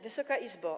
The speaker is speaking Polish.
Wysoka Izbo!